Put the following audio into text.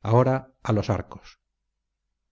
ahora a los arcos